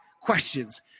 questions